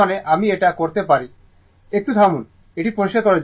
তার মানে আমি এটা করতে পারি একটু থামুন এটি পরিষ্কার করা যাক